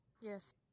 Yes